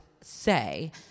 say